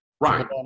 Right